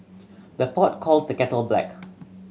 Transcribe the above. the pot calls the kettle black